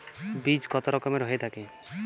বীজ কত রকমের হয়ে থাকে?